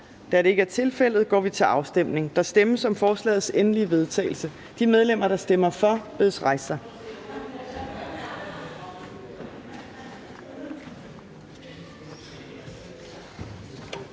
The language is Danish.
Afstemning Formanden (Henrik Dam Kristensen): Der stemmes om forslagets endelige vedtagelse. De medlemmer, der stemmer for, bedes rejse sig.